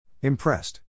Impressed